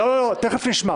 לא, זה פשוט לא --- תכף נשמע.